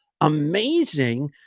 amazing